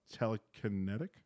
telekinetic